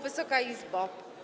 Wysoka Izbo!